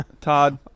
Todd